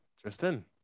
Tristan